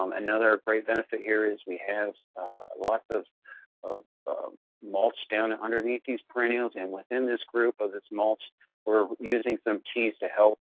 um another great benefit here is we have lots of of mulch down and underneath these perennials, and within this group of this mulch we're using some teas to help